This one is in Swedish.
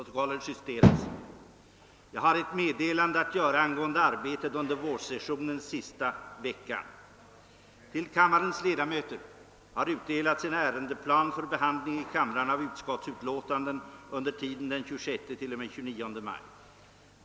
Till kammarens ledamöter har utdelats en ärendeplan för behandling i kamrarna av utskottsutlåtanden under tiden den 26—29 maj.